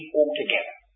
altogether